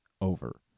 over